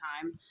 time